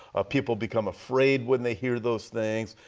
ah people become afraid when they hear those things.